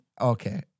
okay